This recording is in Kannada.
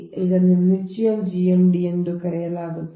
ಆದ್ದರಿಂದ ಇದನ್ನು ಮ್ಯೂಚುಯಲ್ GMD ಎಂದು ಕರೆಯಲಾಗುತ್ತದೆ